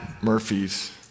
Murphy's